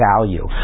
value